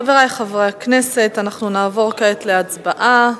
חברי חברי הכנסת, אנחנו נעבור כעת להצבעה.